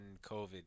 COVID